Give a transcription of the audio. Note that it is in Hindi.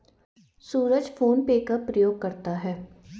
सूरज फोन पे का प्रयोग करता है